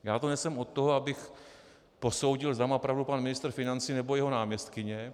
Já tu nejsem od toho, abych posoudil, zda má pravdu pan ministr financí, nebo jeho náměstkyně.